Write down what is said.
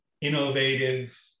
innovative